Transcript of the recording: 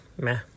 meh